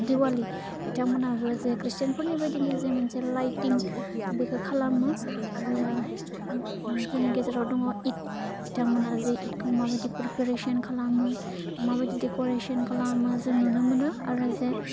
दिवालि बिथांमोनाबो जे ख्रिष्टानफोरनि बायदिनो जे मोनसे लाइटिं बेखौ खालामो आरो जोंनि गेजेराव दङ इद बिथांमोना जे इदखौ माबायदि प्रिपारेसन खालामो माबायदि देक'रेसन खालामो जों नुनो मोनो आरो जे